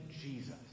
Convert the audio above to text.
Jesus